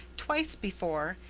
twice before.